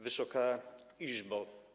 Wysoka Izbo!